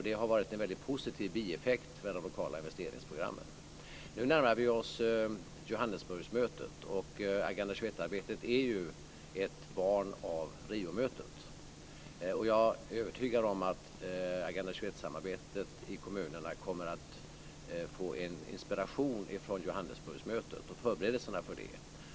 Det har varit en väldigt positiv bieffekt av de lokala investeringsprogrammen. Nu närmar vi oss Johannesburgsmötet. Agenda 21-arbetet är ett barn av Riomötet. Jag är övertygad om att Agenda 21-samarbetet i kommunerna kommer att få inspiration från Johannesburgsmötet och förberedelserna för det.